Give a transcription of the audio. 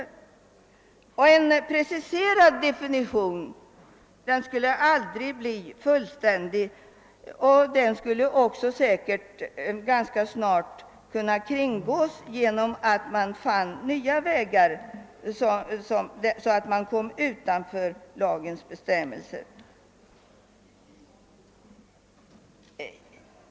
En preciserad definition skulle aldrig bli fullständig, och den skulle säkert också ganska snart kunna kringgås genom att man funne nya vägar för att gå utanför lagens bestämmelse.